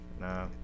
nah